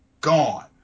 gone